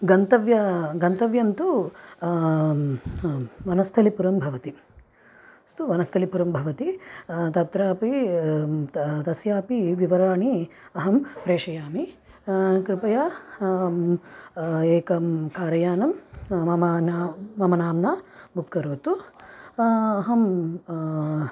गन्तव्यं गन्तव्यं तु वनस्थलिपुरं भवति अस्तु वनस्थलिपुरं भवति तत्रापि तस्यापि विवरणानि अहं प्रेषयामि कृपया एकं कार यानं मम नाम मम नाम्ना बुक् करोतु अहं